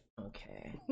okay